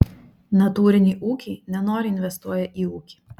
natūriniai ūkiai nenoriai investuoja į ūkį